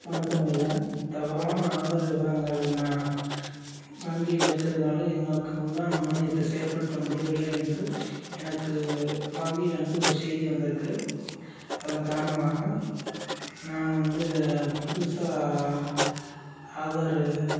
வணக்கம் ஐயா தவறான ஆதார் விவரங்கள் நான் வங்கியில் இருக்கிறதுனால எனக்கு உண்டான மானியத்தை செயல்படுத்த முடியவில்லை என்று எனக்கு வங்கியில் இருந்து ஒரு செய்தி வந்துருக்கு அதன் காரணமாக நான் வந்து புதுசாக ஆதாரு